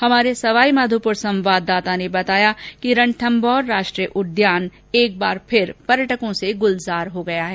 हमारे सवाईमाधोपुर संवाददाता ने बताया कि रणथम्मौर राष्ट्रीय उद्यान एक बार फिर से पर्यटकों से गुलजार हो गया है